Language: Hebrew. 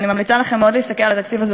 אני ממליצה לכם מאוד להסתכל על התקציב הזה,